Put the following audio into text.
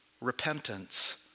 repentance